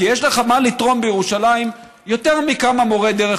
כי יש לך מה לתרום בירושלים יותר מכמה מורי דרך,